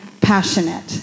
passionate